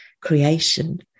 creation